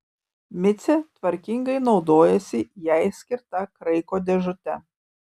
micė tvarkingai naudojasi jai skirta kraiko dėžute